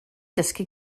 dysgu